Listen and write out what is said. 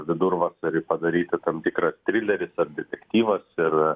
vidurvasarį padaryti tam tikras trileris ar detektyvas ir